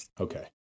Okay